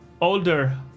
older